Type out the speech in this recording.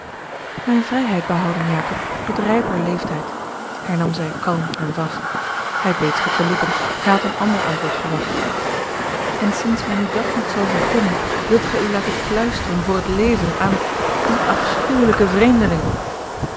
mijne vrijheid behouden jacob tot rijper leeftijd hernam zij kalm en vast hij beet zich op de lippen hij had een ander antwoord verwacht en sinds men u dat niet zal vergunnen wilt gij u laten kluisteren voor het leven aan dien afschuwelijken vreemdeling